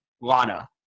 Lana